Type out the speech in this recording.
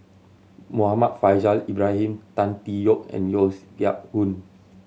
Muhammad Faishal Ibrahim Tan Tee Yoke and Yeo Siak Goon